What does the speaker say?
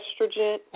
estrogen –